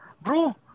bro